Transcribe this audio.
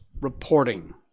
reporting